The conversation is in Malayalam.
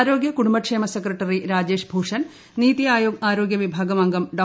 ആരോഗ്യ കുടുംബക്ഷേമ സെക്രട്ടറി രാജേഷ് ഭൂഷൺ നിതി ആയോഗ് ആരോഗ്യ വിഭാഗം അംഗം ഡോ